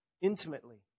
Intimately